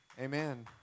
Amen